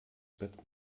bett